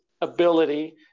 ability